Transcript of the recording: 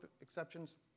exceptions